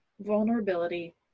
vulnerability